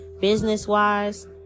Business-wise